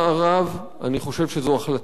אני חושב שזו החלטה בעייתית.